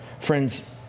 Friends